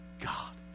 God